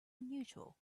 unusual